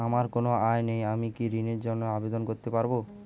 আমার কোনো আয় নেই আমি কি ঋণের জন্য আবেদন করতে পারব?